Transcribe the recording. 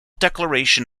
declaration